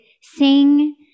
sing